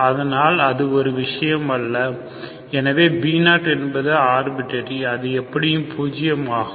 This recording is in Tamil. அதனால் அது ஒரு விஷயம் அல்ல எனவே b0என்பது ஆர்பிட்டரி அது எப்படியும் பூஜ்யம் ஆகும்